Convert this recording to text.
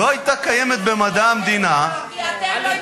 לא היתה קיימת במדע המדינה, כי אתם לא,